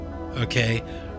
Okay